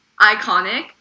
iconic